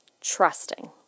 trusting